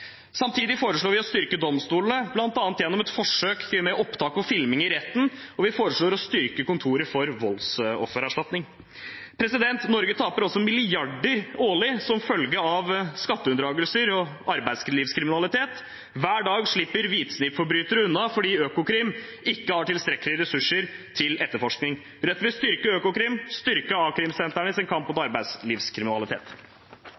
Samtidig foreslår vi å styrke domstolene, bl.a. gjennom et forsøk med opptak og filming i retten, og vi foreslår å styrke kontoret for voldsoffererstatning. Norge taper også milliarder årlig som følge av skatteunndragelser og arbeidslivskriminalitet. Hver dag slipper hvitsnippforbrytere unna fordi Økokrim ikke har tilstrekkelige ressurser til etterforskning. Rødt vil styrke Økokrim og styrke a-krimsentrenes kamp mot